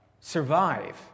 survive